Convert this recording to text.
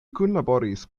kunlaboris